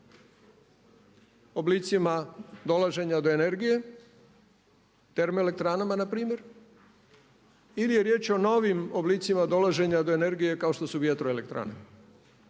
oblicima dolaženja do energije termoelektranama npr. ili je riječ o novim oblicima dolaženja do energije kao što su vjetroelektrane.